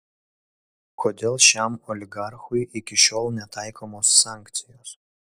kodėl šiam oligarchui iki šiol netaikomos sankcijos